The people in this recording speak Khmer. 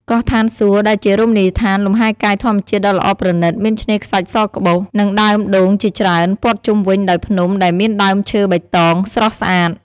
កោះឋានសួគ៌ ដែលជារមណីយដ្ឋានលំហែកាយធម្មជាតិដ៏ល្អប្រណិត មានឆ្នេរខ្សាច់សក្បុស និងដើមដូងជាច្រើន ព័ទ្ធជុំវិញដោយភ្នំដែលមានដើមឈើបៃតង ស្រស់ស្អាត។